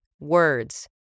words